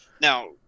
now